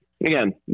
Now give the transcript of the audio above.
again